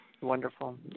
Wonderful